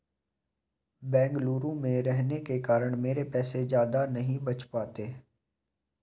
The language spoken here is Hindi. बेंगलुरु में रहने के कारण मेरे पैसे ज्यादा नहीं बच पाते